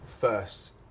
first